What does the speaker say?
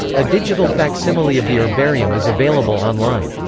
a digital facsimile of the herbarium is available online.